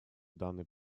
данный